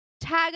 tag